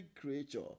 creature